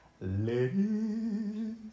Ladies